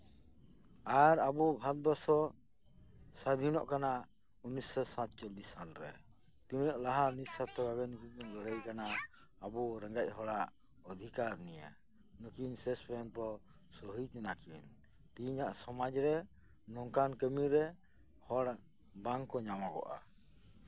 ᱟᱨ ᱟᱵᱚᱣᱟᱜ ᱵᱷᱟᱨᱚᱛ ᱵᱚᱨᱥᱚ ᱥᱟᱫᱷᱤᱱᱚᱜ ᱠᱟᱱᱟ ᱩᱱᱤᱥ ᱥᱚ ᱥᱟᱛᱪᱚᱞᱞᱤᱥ ᱥᱟᱞ ᱨᱮ ᱛᱤᱱᱟᱹᱜ ᱞᱟᱦᱟ ᱠᱤᱱ ᱞᱟᱹᱲᱦᱟᱹᱭ ᱟᱠᱟᱱᱟ ᱟᱵᱚ ᱨᱮᱸᱜᱮᱡ ᱦᱚᱲᱟᱜ ᱚᱫᱷᱤᱠᱟᱨ ᱱᱤᱭᱮ ᱱᱩᱠᱤᱱ ᱥᱮᱥ ᱯᱚᱨᱡᱚᱱᱛᱚ ᱥᱚᱦᱤᱫ ᱮᱱᱟᱠᱤᱱ ᱛᱤᱦᱤᱧᱟᱜ ᱥᱚᱢᱟᱡ ᱨᱮ ᱱᱚᱝᱠᱟᱱ ᱠᱟᱹᱢᱤ ᱨᱮ ᱦᱚᱲ ᱵᱟᱝᱠᱚ ᱧᱟᱢᱚᱜᱚᱜᱼᱟ